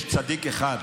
יש צדיק אחד,